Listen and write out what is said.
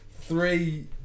Three